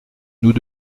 nous